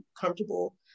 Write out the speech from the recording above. comfortable